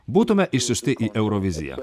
būtumėme išsiųsti į euroviziją